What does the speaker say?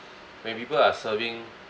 when people are serving